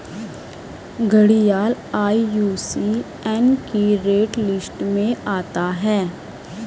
घड़ियाल आई.यू.सी.एन की red list में आता है